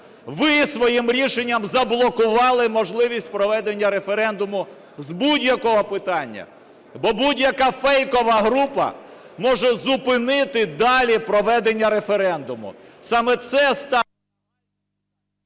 Ви своїм рішенням заблокували можливість проведення референдуму з будь-якого питання. Бо будь-яка фейкова група може зупинити далі проведення референдуму. Саме це… Веде